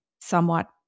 somewhat